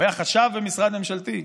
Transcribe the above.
הוא היה חשב במשרד ממשלתי.